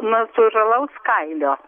natūralaus kailio